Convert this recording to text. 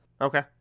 Okay